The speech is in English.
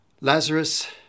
Lazarus